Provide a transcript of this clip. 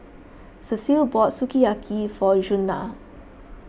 Cecile bought Sukiyaki for Djuana